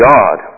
God